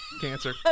cancer